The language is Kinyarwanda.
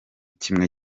kimwe